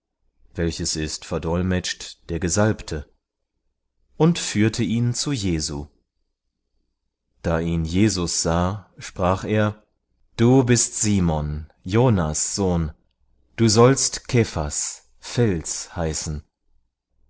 welches ist verdolmetscht der gesalbte und führte ihn zu jesu da ihn jesus sah sprach er du bist simon jona's sohn du sollst kephas fels heißen